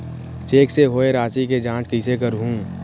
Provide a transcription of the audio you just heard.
Cheque से होए राशि के जांच कइसे करहु?